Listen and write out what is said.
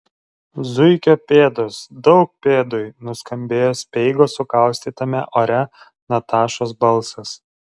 zuikio pėdos daug pėdui nuskambėjo speigo su kaustytame ore natašos balsas